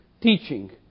teaching